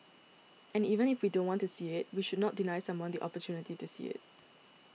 and even if we don't want to see it we should not deny someone the opportunity to see it